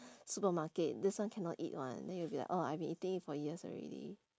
supermarket this one cannot eat one then you will be like oh I've been eating it for years already